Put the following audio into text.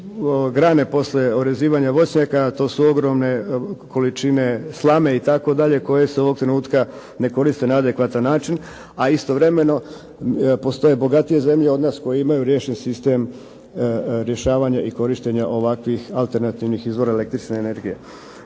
grane poslije obrezivanja voćnjaka, to su ogromne količine slame koje se ovoga trenutka ne koriste na adekvatan način, a istovremeno postoje bogatije zemlje od nas koje imaju riješen sistem rješavanja i korištenja ovakvih alternativnih izvora električne energije.